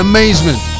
Amazement